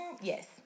Yes